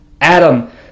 Adam